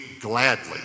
gladly